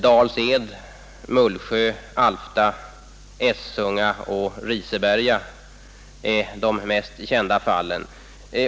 Dals-Ed, Mullsjö, Alfta, Essunga och Riseberga är de mest kända fallen.